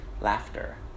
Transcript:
Laughter